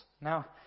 Now